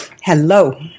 Hello